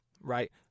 right